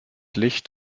licht